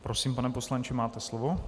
Prosím, pane poslanče, máte slovo.